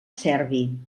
serbi